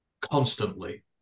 constantly